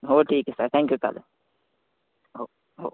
हो ठीक आहे सर थॅंक्यू चालेल हो हो